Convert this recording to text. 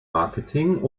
marketing